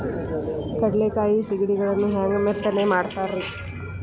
ಕಡಲೆಕಾಯಿ ಸಿಗಡಿಗಳನ್ನು ಹ್ಯಾಂಗ ಮೆತ್ತನೆ ಮಾಡ್ತಾರ ರೇ?